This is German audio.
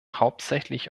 hauptsächlich